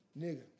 Nigga